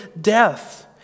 death